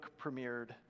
premiered